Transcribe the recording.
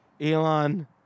Elon